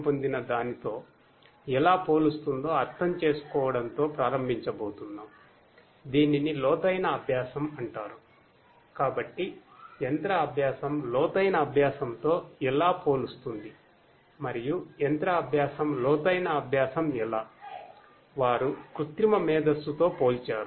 మొదట మనం machine learning తోపోల్చారు